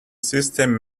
system